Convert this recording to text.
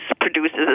produces